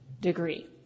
degree